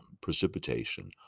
precipitation